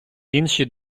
інші